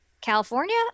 California